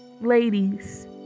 ladies